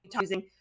using